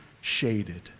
shaded